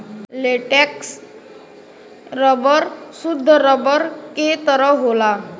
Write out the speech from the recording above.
latex rubber सुद्ध rubber के तरह होला